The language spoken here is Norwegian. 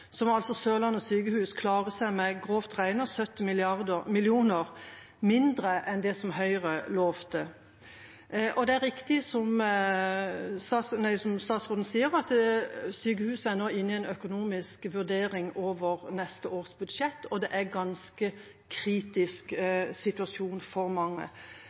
må altså Sørlandet sykehus klare seg med grovt regnet 70 mill. kr mindre enn det som Høyre lovte. Det er riktig, som statsråden sier, at sykehuset nå er inne i økonomisk vurdering av neste års budsjett, og det er en ganske kritisk situasjon for mange.